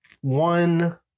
one